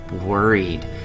worried